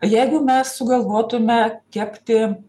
jeigu mes sugalvotume kepti